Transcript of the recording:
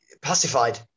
pacified